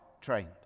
trained